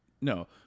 No